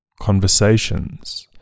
conversations